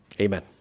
Amen